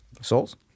Souls